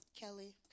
Kelly